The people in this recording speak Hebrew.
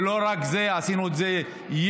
ולא רק זה, עשינו את זה רטרו,